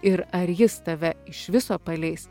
ir ar jis tave iš viso paleis